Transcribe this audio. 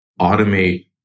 automate